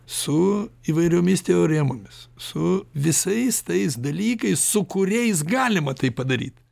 su įvairiomis teoremomis su visais tais dalykais su kuriais galima tai padaryt